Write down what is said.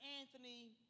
Anthony